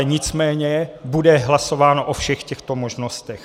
Nicméně bude hlasováno o všech těchto možnostech.